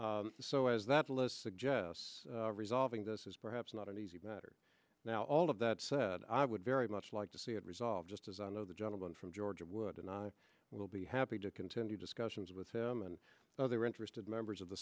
so as that list suggests resolving this is perhaps not an easy matter now all of that said i would very much like to see it resolved just as i know the gentleman from georgia would and i will be happy to continue discussions with them and other interested members of the